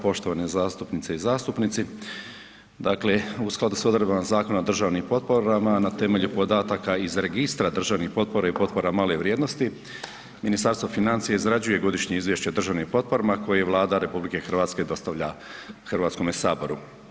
Poštovane zastupnice i zastupnici, dakle u skladu s odredbama Zakon o državnim potporama na temelju podataka iz Registra državnih potpora i potpora male vrijednosti, Ministarstvo financija izrađuje godišnje izvješće o državnim potporama koje Vlada RH dostavlja Hrvatskom saboru.